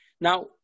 Now